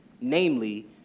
namely